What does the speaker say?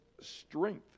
strength